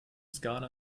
skala